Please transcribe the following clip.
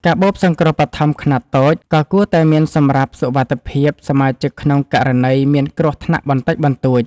កាបូបសង្គ្រោះបឋមខ្នាតតូច ក៏គួរតែមានសម្រាប់សុវត្ថិភាពសមាជិកក្នុងករណីមានគ្រោះថ្នាក់បន្តិចបន្តួច។